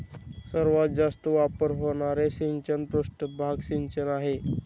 सर्वात जास्त वापर होणारे सिंचन पृष्ठभाग सिंचन आहे